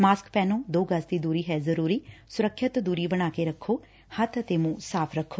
mask ਪਹਿਨੋ ਦੋ ਗਜ਼ ਦੀ ਦੂਰੀ ਹੈ ਜ਼ਰੂਰੀ ਸਰੱਖਿਅਤ ਦੁਰੀ ਬਣਾ ਕੇ ਰਖੋ ਹੱਬ ਅਤੇ ਮੁੰਹ ਸਾਫ਼ ਰੱਖੋ